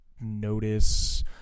notice